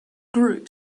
group